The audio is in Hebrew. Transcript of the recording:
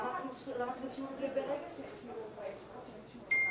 כבוד האדם וחירותו (תיקון, הזכות לשוויון).